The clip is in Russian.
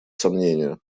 сомнению